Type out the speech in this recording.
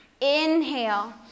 inhale